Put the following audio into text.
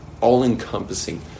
all-encompassing